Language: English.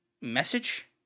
message